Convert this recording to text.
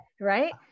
right